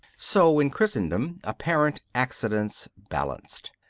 so in christendom apparent accidents balanced.